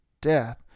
death